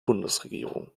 bundesregierung